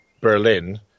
berlin